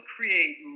create